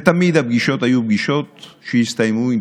ותמיד הפגישות היו פגישות שהסתיימו עם